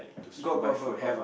got got got got